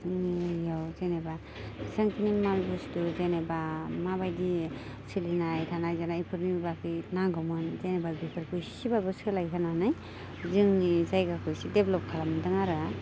जोंनि एरियायाव जेनेबा जेसेबांखिनि माल बुस्थु जेनेबा माबायदि सोलिनाय थानाय जानायफोरनिबो बागै नांगौमोन जेनेबा बेफोरखौ एसेबाबो सोलायहोनानै जोंनि जायगाखौ एसे देभेलप्त खालामदों आरो